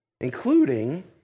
including